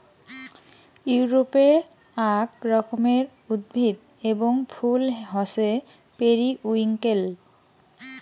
ইউরোপে আক রকমের উদ্ভিদ এবং ফুল হসে পেরিউইঙ্কেল